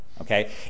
Okay